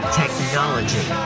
technology